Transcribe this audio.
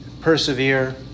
Persevere